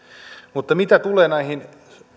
mutta mitä tulee näihin